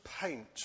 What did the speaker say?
paint